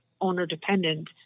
owner-dependent